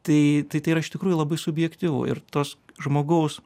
tai tai yra iš tikrųjų labai subjektyvu ir tos žmogaus